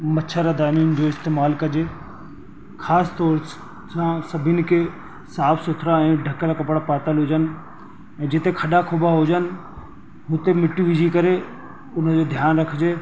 मच्छरदानियुनि जो इस्तेमालु कजे ख़ासि तौर सां सभिनी खे साफ़ु सुथिरा ऐं ढकियल कपिड़ा पातल हुजनि ऐं जिते खॾा खुॿा हुजनि उते मिट्टी विझी करे हुनजो ध्यानु रखिजे